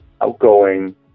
outgoing